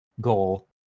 goal